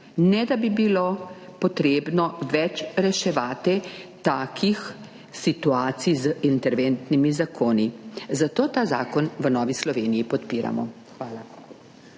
da ne bi bilo več potrebno reševati takih situacij z interventnimi zakoni, zato ta zakon v Novi Sloveniji podpiramo. Hvala.